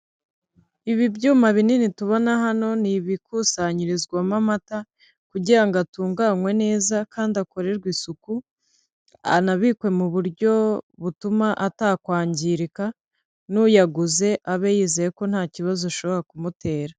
Ibi byuma binini tubona hano ni ibikusanyirizwamo amata kugira ngo atunganwe neza kandi akorerwe isuku anabikwe mu buryo butuma atakwangirika n'uyaguze abe yizeye ko nta kibazo ushobora kumutera.